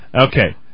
Okay